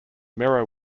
mirror